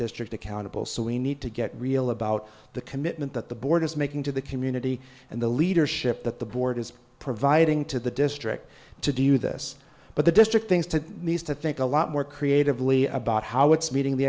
district accountable so we need to get real about the commitment that the board is making to the community and the leadership that the board is providing to the district to do this but the district things to nice to think a lot more creatively about how it's meeting the